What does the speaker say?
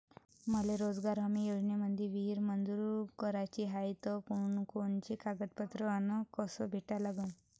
मले रोजगार हमी योजनेमंदी विहीर मंजूर कराची हाये त कोनकोनते कागदपत्र अस कोनाले भेटा लागन?